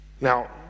Now